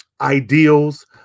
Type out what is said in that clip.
ideals